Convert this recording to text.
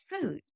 food